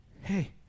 hey